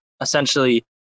essentially